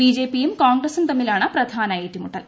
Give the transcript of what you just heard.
ബിജെപിയും കോൺഗ്രസും തമ്മിലാണ് പ്രധാന ഏറ്റുമുട്ടൽ